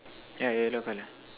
yeah yellow colour